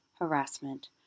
harassment